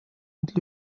und